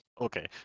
Okay